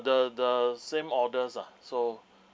the the same orders ah so